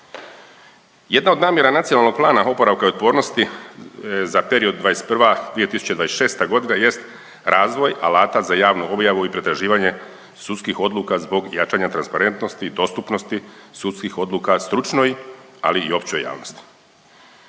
Jedna od mjera Nacionalnog plana oporavka i otpornosti 2021.-2026. je razvoj alata za javnu objavu i pretraživanje sudskih odluka zbog jačanja transparentnosti i dostupnosti sudskih odluka i stručnoj i općoj javnosti.